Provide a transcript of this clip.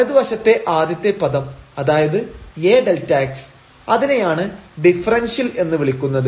വലതു വശത്തെ ആദ്യത്തെ പദം അതായത് AΔx അതിനെയാണ് ഡിഫറെൻഷ്യൽ എന്ന് വിളിക്കുന്നത്